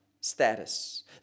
status